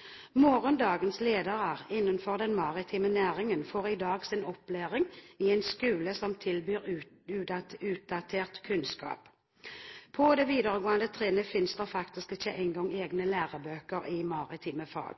dagens maritime utdanning. Morgendagens ledere innenfor den maritime næringen får i dag sin opplæring i en skole som tilbyr utdatert kunnskap. På det videregående trinnet finnes det faktisk ikke engang egne lærebøker i maritime fag.